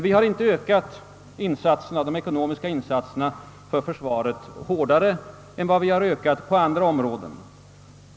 Vi har däremot inte ökat de ekonomiska insatserna för försvaret mera än på andra områden.